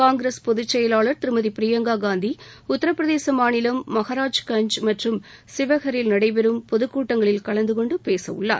காங்கிரஸ் பொதுச் செயலாளர் திருமதி பிரியங்கா காந்தி உத்தரப்பிரதேச மாநிலம் மகாராஜ்கன்ஜ் மற்றும் சிவகரில் நடைபெறும் பொதுக் கூட்டங்களில் கலந்து கொண்டு பேசவுள்ளார்